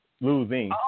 Losing